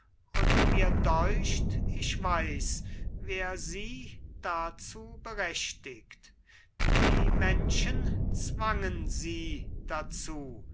und mir deucht ich weiß wer sie dazu berechtigt die menschen zwangen sie dazu